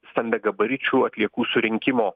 stambiagabaričių atliekų surinkimo